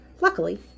Luckily